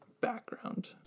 background